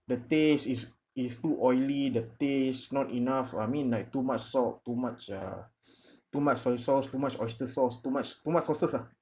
the taste is is too oily the taste not enough I mean like too much salt too much uh too much soy sauce too much oyster sauce too much too much sauces ah